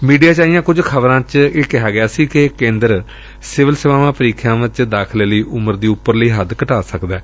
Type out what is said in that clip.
media ਚ ਆਈਆਂ ਕੁਝ ਖ਼ਬਰਾਂ ਚ ਇਹ ਕਿਹਾ ਗਿਆ ਸੀ ਕਿ ਕੇਂਦਰ ਸਿਵਲ ਸੇਵਾਵਾਂ ਪ੍ਰੀਖਿਆਵਾਂ ਚ ਦਾਖਲੇ ਲਈ ਉਮਰ ਦੀ ਉਪਰਾਲੀ ਹੱਦ ਘਟਾ ਸਕਦੈ